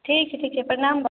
ठीक छै ठीक छै प्रणाम बा